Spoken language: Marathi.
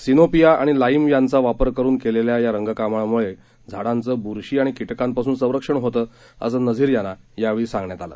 सिनोपिया आणि लाईम यांचा वापर करुन केलेल्या या रंगकामामुळे झाडांचं बुरशी आणि किटकांपासून संरक्षण होतं असं नझीर यांना यावेळी सांगण्यात आलं